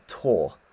tour